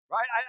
Right